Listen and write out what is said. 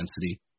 density